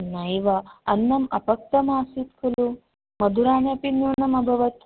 नैव अन्नम् अपक्वम् आसीत् खलु मधुराणि अपि न्यूनम् अभवत्